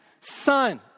son